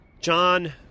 John